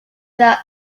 that